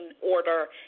order